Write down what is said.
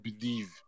believe